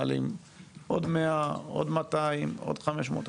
מעלים עוד מאה, עוד מאתיים, עוד חמש מאות.